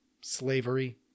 slavery